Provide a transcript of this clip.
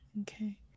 okay